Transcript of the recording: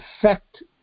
effect